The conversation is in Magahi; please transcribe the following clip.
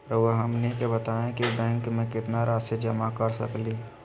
रहुआ हमनी के बताएं कि बैंक में कितना रासि जमा कर सके ली?